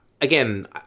again